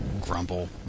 Grumble